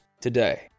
today